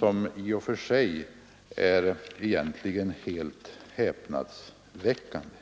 som i och för sig är helt häpnadsväckande.